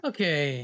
Okay